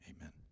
amen